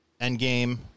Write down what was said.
Endgame